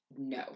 No